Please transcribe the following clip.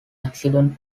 accident